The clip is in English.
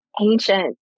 ancient